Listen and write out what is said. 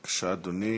בבקשה, אדוני.